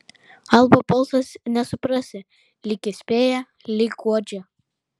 albo balsas nesuprasi lyg įspėja lyg guodžia